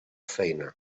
feina